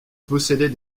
possédait